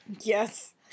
Yes